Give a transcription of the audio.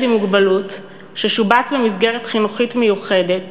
עם מוגבלות ששובץ במסגרת חינוכית מיוחדת,